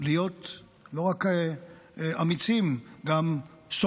להיות לא רק אמיצים, אלא גם סובלניים.